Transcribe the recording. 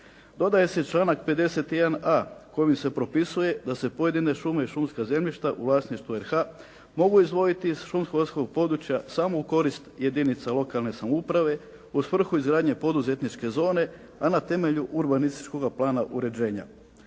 Dodaje se članak 51.a kojim se propisuje da se pojedine šume i šumska zemljišta u vlasništvu RH mogu izdvojiti iz šumsko-gospodarskoga područja samo u korist jedinica lokalne samouprave u svrhu izgradnje poduzetničke zone, a na temelju urbanističkoga plana uređenja.